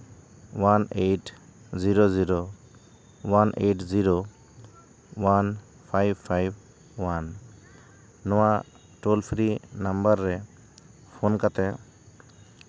one eight zero zero one eight zero one five five one ᱱᱚᱣᱟ toll free number ᱨᱮ phone ᱠᱟᱛᱮ